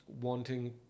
wanting